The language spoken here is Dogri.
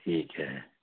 ठीक ऐ